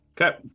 Okay